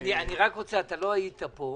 אני רק רוצה לומר, לא היית פה.